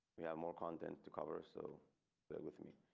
we have more content to cover so bear with me.